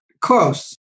Close